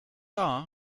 are